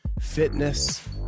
fitness